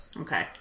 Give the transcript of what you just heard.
Okay